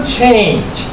change